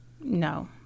No